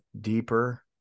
deeper